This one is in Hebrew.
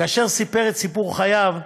כאשר סיפר את סיפור חייו,